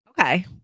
Okay